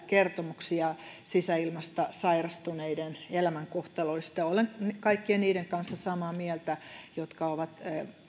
kertomuksia sisäilmasta sairastuneiden elämänkohtaloista ja olen samaa mieltä kaikkien niiden kanssa jotka ovat